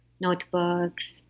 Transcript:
notebooks